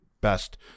best